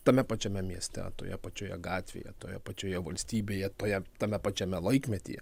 tame pačiame mieste toje pačioje gatvėje toje pačioje valstybėje toje tame pačiame laikmetyje